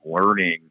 Learning